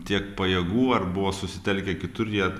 tiek pajėgų ar buvo susitelkę kitur jie